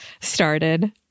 started